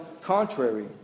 contrary